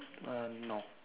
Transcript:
uh no